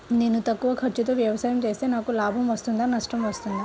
నేను తక్కువ ఖర్చుతో వ్యవసాయం చేస్తే నాకు లాభం వస్తుందా నష్టం వస్తుందా?